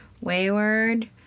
Wayward